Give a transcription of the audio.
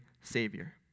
Savior